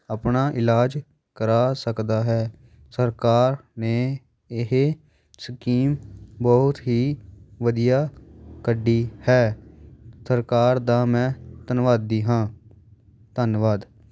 ਆਪਣਾ ਇਲਾਜ ਕਰਵਾ ਸਕਦਾ ਹੈ ਸਰਕਾਰ ਨੇ ਇਹ ਸਕੀਮ ਬਹੁਤ ਹੀ ਵਧੀਆ ਕੱਢੀ ਹੈ ਸਰਕਾਰ ਦਾ ਮੈਂ ਧੰਨਵਾਦੀ ਹਾਂ ਧੰਨਵਾਦ